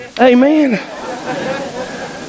Amen